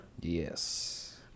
Yes